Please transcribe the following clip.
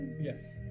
Yes